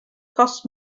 costs